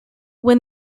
when